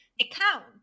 account